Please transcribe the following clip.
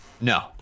No